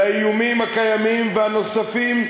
לאיומים הקיימים והנוספים,